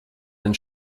ein